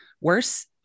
Worse